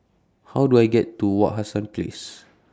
How Do I get to Wak Hassan Place